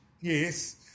Yes